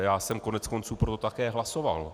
Já jsem koneckonců pro to také hlasoval.